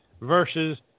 versus